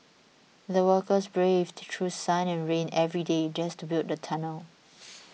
the workers braved through sun and rain every day just to build the tunnel